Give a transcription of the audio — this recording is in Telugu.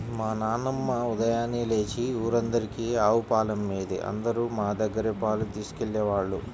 మా నాన్నమ్మ ఉదయాన్నే లేచి ఊరందరికీ ఆవు పాలమ్మేది, అందరూ మా దగ్గరే పాలు తీసుకెళ్ళేవాళ్ళు